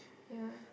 yeah